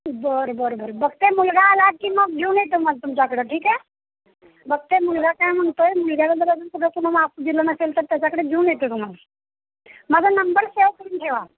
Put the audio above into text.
बरं बरं बरं बघते मुलगा आला की मग घेऊन येते मग तुमच्याकडं ठीक आहे बघते मुलगा काय म्हणतो आहे मुलग्यानं जर अजून कुठं माप दिलं नसेल तर त्याच्याकडे घेऊन येते तुम्हाला माझा नंबर सेव्ह करून ठेवा